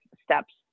steps